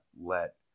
let